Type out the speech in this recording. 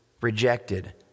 rejected